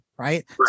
Right